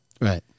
Right